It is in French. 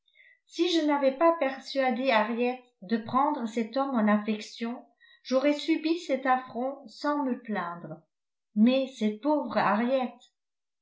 si je n'avais pas persuadé à harriet de prendre cet homme en affection j'aurais subi cet affront sans me plaindre mais cette pauvre